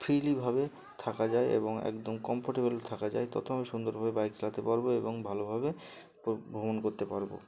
ফ্রিলিভাবে থাকা যায় এবং একদম কমফোর্টেবেল থাকা যায় তত আমি সুন্দরভাবে বাইক চালাতে পারব এবং ভালোভাবে ভ্রমণ করতে পারব